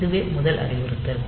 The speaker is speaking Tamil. இதுவே முதல் அறிவுறுத்தல்